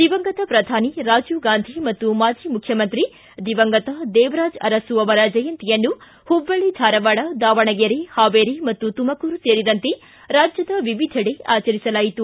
ದಿವಂಗತ ಪ್ರಧಾನಿ ರಾಜೀವ್ ಗಾಂಧಿ ಮತ್ತು ಮಾಜಿ ಮುಖ್ಯಮಂತ್ರಿ ದಿವಂಗತ ದೇವರಾಜ ಅರಸು ಅವರ ಜಯಂತಿಯನ್ನು ಹುಬ್ಬಳ್ಳಿ ಧಾರವಾಡ ದಾವಣಗೆರೆ ಹಾವೇರಿ ಮತ್ತು ತುಮಕೂರು ಸೇರಿದಂತೆ ರಾಜ್ಯದ ವಿವಿಧೆಡೆ ಆಚರಿಸಲಾಯಿತು